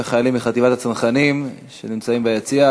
ואת החיילים מחטיבת הצנחנים שנמצאים ביציע.